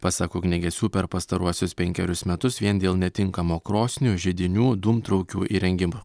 pasak ugniagesių per pastaruosius penkerius metus vien dėl netinkamo krosnių židinių dūmtraukių įrengimo